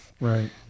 Right